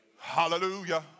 Hallelujah